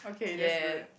ya